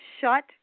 shut